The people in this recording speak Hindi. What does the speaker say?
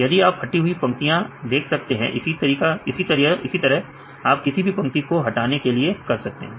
यहां आप हटी हुई पंक्तियां देख सकते हैं इसी तरह आप किसी भी पंक्ति को हटाने के लिए कर सकते हैं